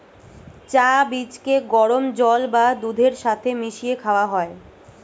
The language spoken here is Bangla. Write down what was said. চা বীজকে গরম জল বা দুধের সাথে মিশিয়ে খাওয়া হয়